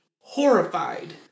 horrified